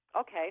Okay